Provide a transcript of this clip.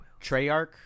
Treyarch